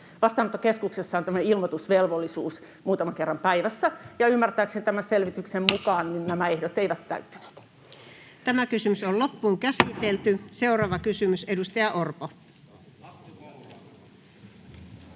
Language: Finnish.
vastaanottokeskuksessa on tämmöinen ilmoitusvelvollisuus muutaman kerran päivässä. Ymmärtääkseni tämän selvityksen mukaan nämä ehdot eivät täyttyneet. Seuraava kysymys, edustaja Orpo.